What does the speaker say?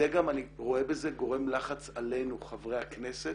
אני רואה בזה גם גורם לחץ עלינו, חברי הכנסת,